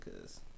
Cause